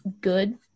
good